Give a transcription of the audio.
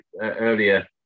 earlier